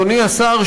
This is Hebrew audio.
אדוני השר,